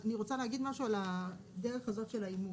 אני רוצה להגיד משהו על הדרך הזאת של האימוץ.